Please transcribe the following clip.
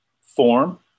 form